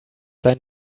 sein